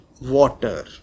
water